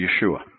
Yeshua